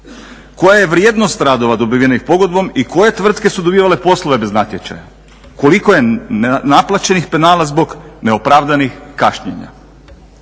Koja je vrijednost radova dobivenih pogodbom i koje tvrtke su dobivale poslove bez natječaja. Koliko je naplaćenih penala zbog neopravdanih kašnjenja?